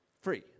free